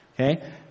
Okay